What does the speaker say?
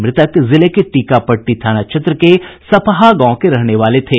मृतक जिले के टीकापट्टी थाना क्षेत्र के सपहा गांव के रहने वाले थे